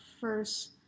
first